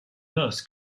noce